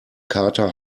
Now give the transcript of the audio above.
kater